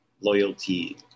loyalty